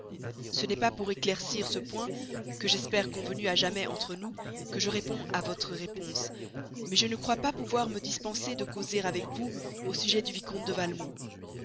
ce n'est pas pour éclaircir ce point que j'espère convenu à jamais entre nous que je réponds à votre réponse mais je crois ne pas pouvoir me dispenser de causer avec vous au sujet du vicomte de